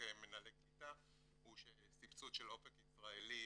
כמנהלי קליטה היא סבסוד של "אופק ישראלי"